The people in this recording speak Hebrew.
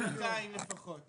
1.2 מיליון לפחות.